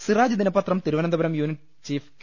സിറാജ് ദിനപത്രം Thiruvananthapuram unit chief K